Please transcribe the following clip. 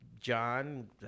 John